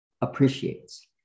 appreciates